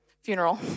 funeral